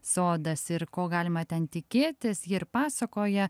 sodas ir ko galima ten tikėtis ji ir pasakoja